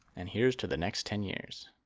and here's to the next ten years.